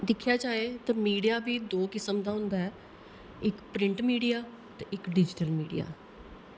दिक्खेआ जाये ते मीडिया वी दो किस्म दा होंदा ऐ इक प्रिंट मीडिया ते इक डिजिटल मीडिया